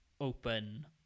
open